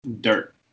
dirt